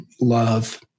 Love